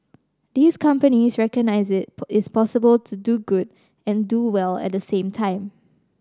these companies recognise it is possible to do good and do well at the same time